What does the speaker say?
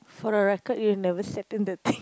for the record you never settle the thing